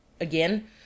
Again